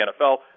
NFL